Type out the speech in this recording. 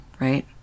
right